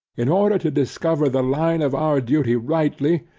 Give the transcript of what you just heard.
in order to discover the line of our duty rightly,